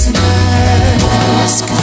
mask